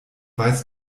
weiß